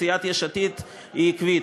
סיעת יש עתיד היא עקבית,